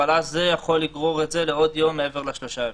אבל אז זה יכול לגרור את זה לעוד יום מעבר לשלושה ימים.